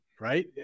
Right